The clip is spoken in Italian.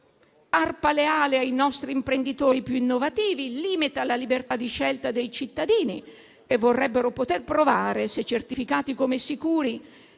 tarpa le ali ai nostri imprenditori più innovativi, limita la libertà di scelta dei cittadini che vorrebbero poter provare, se certificati come sicuri,